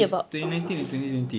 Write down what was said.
it's twenty nineteen and twenty twenty